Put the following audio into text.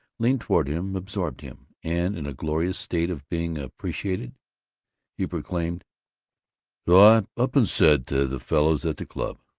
leaned toward him, absorbed him and in a glorious state of being appreciated he proclaimed so i up and said to the fellows at the club,